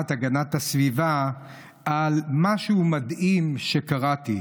להגנת הסביבה על משהו מדהים שקראתי.